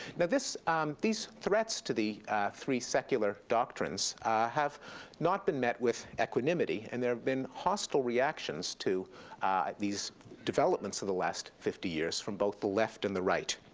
but um these threats to the three secular doctrines have not been met with equanimity, and there have been hostile reactions to these developments of the last fifty years from both the left and the right.